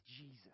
Jesus